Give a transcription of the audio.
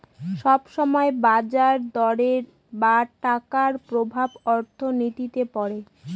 সব সময় বাজার দরের বা টাকার প্রভাব অর্থনীতিতে পড়ে